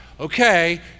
Okay